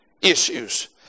issues